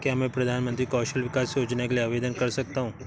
क्या मैं प्रधानमंत्री कौशल विकास योजना के लिए आवेदन कर सकता हूँ?